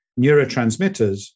neurotransmitters